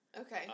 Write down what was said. Okay